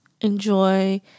enjoy